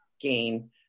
gain